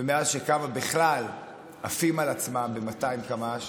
ומאז שקמה בכלל עפים על עצמם ב-200 קמ"ש,